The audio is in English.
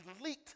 elite